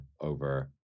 over